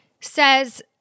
says